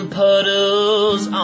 puddles